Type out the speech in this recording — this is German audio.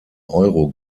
euro